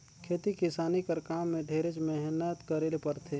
खेती किसानी कर काम में ढेरेच मेहनत करे ले परथे